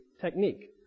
technique